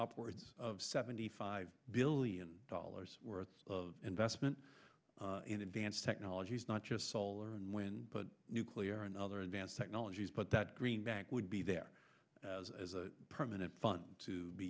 upwards of seventy five billion dollars worth of investment in advanced technologies not just solar and wind but nuclear and other advanced technologies but that green bank would be there as a permanent fund to be